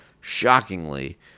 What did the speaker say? shockingly